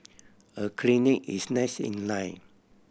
a clinic is next in line